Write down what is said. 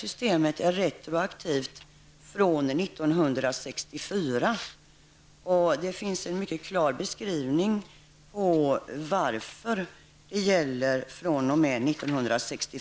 Systemet är retroaktivt från 1964, och det finns en mycket klar beskrivning till varför det gäller fr.o.m. det året.